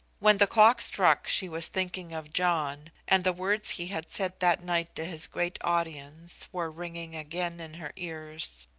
when the clock struck she was thinking of john, and the words he had said that night to his great audience were ringing again in her ears.